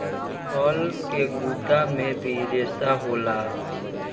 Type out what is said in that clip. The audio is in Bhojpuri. फल के गुद्दा मे भी रेसा होला